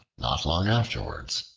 not long afterwards,